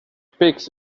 pigs